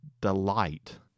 delight